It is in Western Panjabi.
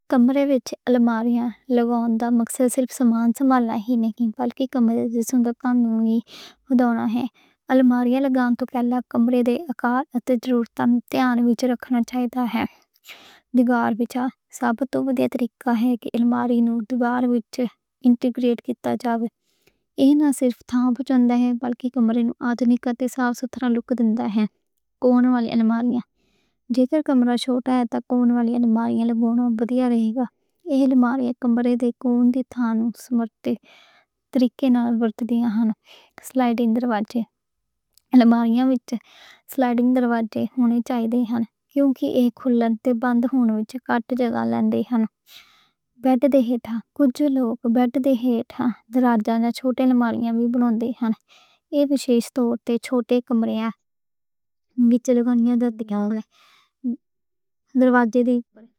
کمرے وچ الماریاں لگان دا مقصد صرف سامان سنبھالنا ہی نہیں بلکہ کمرے دے انتظام نوں ہینڈل کرنا ہے۔ الماریاں لگان توں پہلا کمرے دے اَکار تے ضروریات دِیاں وِچ رکھنا چاہیدا ہے۔ دیوار وچ سب توں ودھیا طریقہ ہے۔ کہ الماریاں نوں دیوار وچ انٹیگریٹ کیتا جاوے۔ ایہہ نہ صرف تھاں بچان دے ہن، بلکہ کمرے نوں جدید تے صاف ستھرا لک دیندا ہے۔ کون والی الماریاں اگر کمرہ چھوٹا ہے تاں کون والی الماریاں لگان ودھیا رہندا۔ ایہہ الماریاں کمرے دے کون دی تھاں نوں سمرتھ طریقے نال ورت دیندیاں ہن۔ سلائڈنگ دروازے الماریاں وچ سلائڈنگ دروازے ہونے چاہیدے ہن۔ کیونکہ ایہہ کھلن تے بند ہون وچ گھٹ جگہ لیندے ہن۔ بیڈ دے ہیٹھاں تاں کچھ لوک بیڈ دے ہیٹھاں ذرا جا چھوٹے الماریاں وی بناؤندے ہن۔ ایہہ وشیش طور تے چھوٹے کمرے وچ لوکاں نیں دروازے دی۔